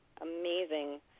amazing